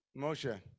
Moshe